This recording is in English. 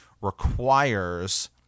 requires